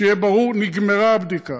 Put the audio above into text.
שיהיה ברור, נגמרה הבדיקה.